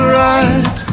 right